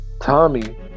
Tommy